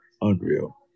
unreal